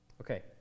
Okay